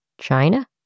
China